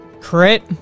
Crit